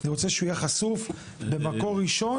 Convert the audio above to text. אני רוצה שהוא יהיה חשוף למקור ראשון,